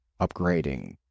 upgrading